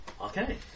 Okay